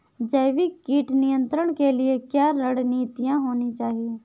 जैविक कीट नियंत्रण के लिए क्या रणनीतियां होनी चाहिए?